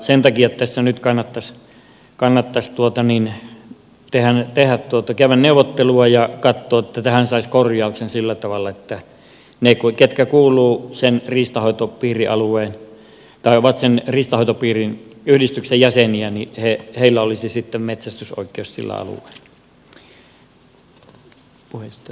sen takia tässä nyt kannattaisi käydä neuvottelua ja katsoa että tähän saisi korjauksen sillä tavalla että niillä ketkä ovat sen riistanhoitopiirin yhdistyksen jäseniä olisi sitten metsästysoikeus sillä alueella